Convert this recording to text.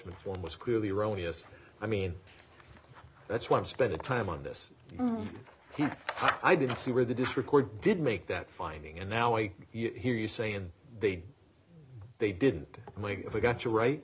him was clearly erroneous i mean that's why i'm spending time on this i didn't see where the dish record did make that finding and now i hear you saying they they didn't make it we got too right